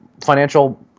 financial